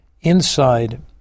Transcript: inside